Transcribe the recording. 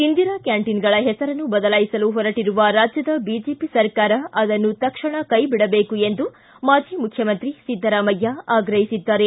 ಇಂದಿರಾ ಕ್ಯಾಂಟೀನ್ಗಳ ಹೆಸರನ್ನು ಬದಲಾಯಿಸಲು ಹೊರಟಿರುವ ರಾಜ್ಯದ ಬಿಜೆಪಿ ಸರ್ಕಾರ ಆದನ್ನು ತಕ್ಷಣ ಕೈಬಿಡಬೇಕು ಎಂದು ಮಾಜಿ ಮುಖ್ಯಮಂತ್ರಿ ಸಿದ್ದರಾಮಯ್ಯ ಆಗ್ರಹಿಸಿದ್ದಾರೆ